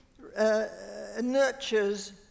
nurtures